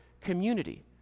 community